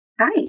Hi